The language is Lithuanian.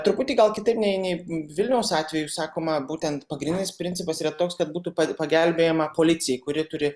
truputį gal kitaip nei nei vilniaus atveju sakoma būtent pagrindinis principas yra toks kad būtų pagelbėjama policijai kuri turi